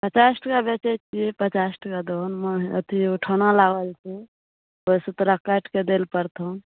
पचास टाका बेचय छियै पचास टाका दहो ने मह अथी उठौना लागल छै ओइसँ तोरा काटि कए दै लए पड़तौ